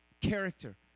character